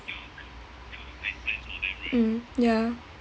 mm ya